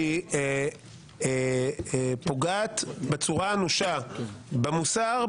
שהיא פוגעת בצורה אנושה במוסר,